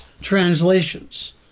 translations